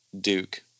Duke